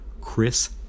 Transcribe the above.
Chris